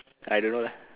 I don't know lah